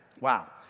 Wow